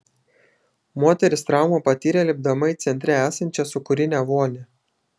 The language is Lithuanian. moteris traumą patyrė lipdama į centre esančią sūkurinę vonią